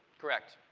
correct.